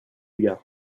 gars